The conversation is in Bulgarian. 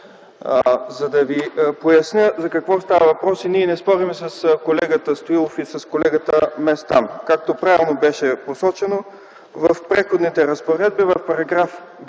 Да ви поясня за какво става въпрос. Ние не спорим с колегата Стоилов и с колегата Местан. Както правилно беше посочено, в § 9 на Преходните разпоредби сме заложили